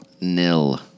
nil